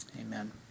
Amen